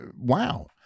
wow